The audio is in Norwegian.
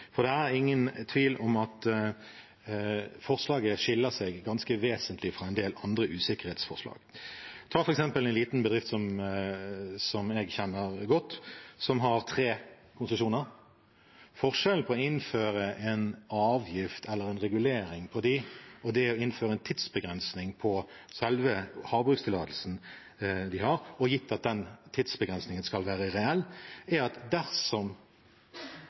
tidligere. Det er ingen tvil om at forslaget skiller seg ganske vesentlig fra en del andre usikkerhetsforslag. Ta f.eks. en liten bedrift som jeg kjenner godt, som har tre konsesjoner. Forskjellen på å innføre en avgift på eller en regulering av dem og det å innføre en tidsbegrensning på selve havbrukstillatelsen de har, og gitt at den tidsbegrensningen skal være reell, er at dersom